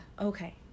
okay